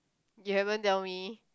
you haven't tell me